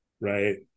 right